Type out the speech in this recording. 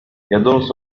يدرس